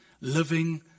living